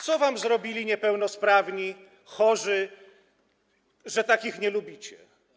Co wam zrobili niepełnosprawni, chorzy, że tak ich nie lubicie?